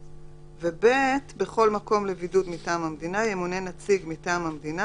ו- (ב): "בכל מקום לבידוד מטעם המדינה ימונה נציג מטעם המדינה